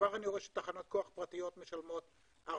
כבר אני רואה שתחנות כוח פרטיות משלמות כ-4.5,